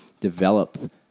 develop